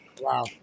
Wow